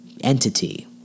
entity